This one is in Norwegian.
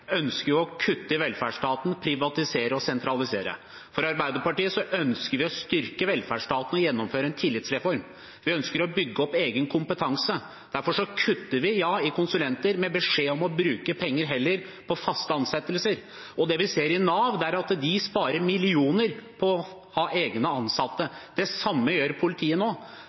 ønsker å kutte i velferdsstaten, privatisere og sentralisere. Arbeiderpartiet ønsker å styrke velferdsstaten og gjennomføre en tillitsreform. Vi ønsker å bygge opp egen kompetanse. Derfor kutter vi i konsulenter, med beskjed om heller å bruke penger på faste ansettelser. Det vi ser i Nav, er at de sparer millioner på å ha egne ansatte. Det samme gjør politiet nå.